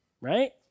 right